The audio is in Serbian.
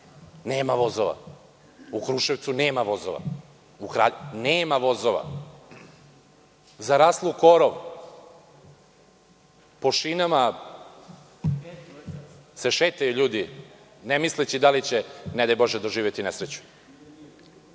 nema vozova. U Kruševcu nema vozova. Nema vozova, zaraslo u korov. Po šinama se šetaju ljudi, nemisleći da li će, ne daj bože doživeti nesreću.